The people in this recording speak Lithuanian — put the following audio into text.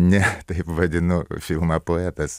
ne taip vadinu filmą poetas